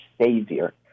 Savior